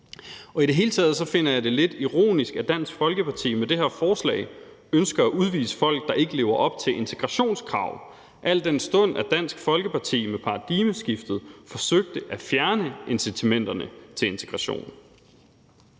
I det hele taget finder jeg det lidt ironisk, at Dansk Folkeparti med det her forslag ønsker at udvise folk, der ikke lever op til integrationskrav, al den stund at Dansk Folkeparti med paradigmeskiftet forsøgte at fjerne incitamenterne til integration.